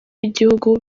w’igihugu